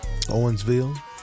Owensville